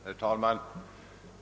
Herr talman!